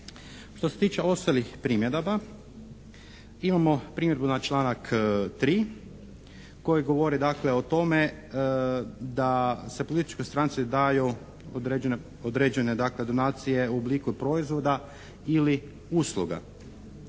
Što se tiče ostalih primjedaba imamo primjedbu na članak 3. koji govori dakle o tome da se političkoj stranci daju određene dakle donacije u obliku proizvoda ili usluga.